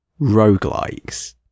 roguelikes